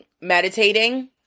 meditating